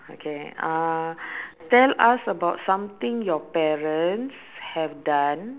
okay uh tell us about something about your parents have done